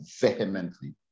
vehemently